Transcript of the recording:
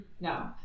no